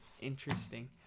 Interesting